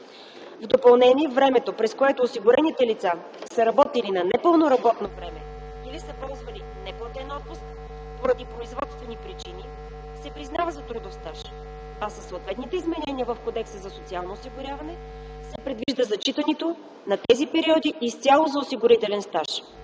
В допълнение времето, през което осигурените лица са работили на непълно работно време или са ползвали неплатен отпуск поради производствени причини се признава за трудов стаж, а със съответните изменения в Кодекса за социално осигуряване се предвижда зачитането на тези периоди изцяло за осигурителен стаж.